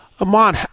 Amon